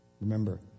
Remember